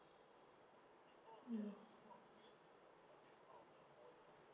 mm